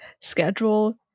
schedule